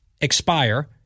expire